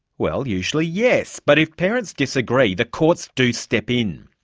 well, usually yes, but if parents disagree, the courts do step in.